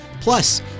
Plus